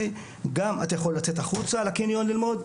גם אתה יכול לצאת החוצה לקניון ללמוד,